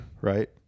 right